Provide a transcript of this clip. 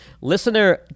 listener